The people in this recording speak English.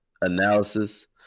analysis